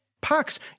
Pox